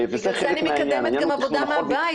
בגלל זה אני מקדמת גם עבודה מהבית.